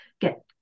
get